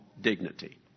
dignity